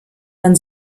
man